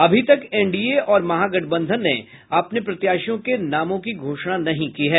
अभी तक एनडीए और महागठबंधन ने अपने प्रत्याशियों के नाम की घोषणा नहीं की है